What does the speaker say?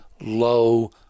low